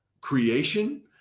creation